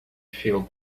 feel